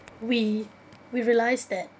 we we realise that